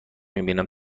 میبینم